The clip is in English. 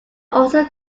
also